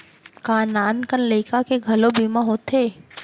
का नान कन लइका के घलो बीमा होथे?